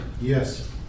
Yes